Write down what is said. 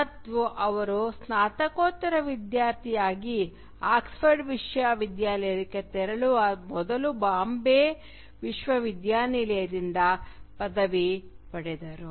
ಮತ್ತು ಅವರು ಸ್ನಾತಕೋತ್ತರ ವಿದ್ಯಾರ್ಥಿಯಾಗಿ ಆಕ್ಸ್ಫರ್ಡ್ ವಿಶ್ವವಿದ್ಯಾಲಯಕ್ಕೆ ತೆರಳುವ ಮೊದಲು ಬಾಂಬೆ ವಿಶ್ವವಿದ್ಯಾಲಯದಿಂದ ಪದವಿ ಪಡೆದರು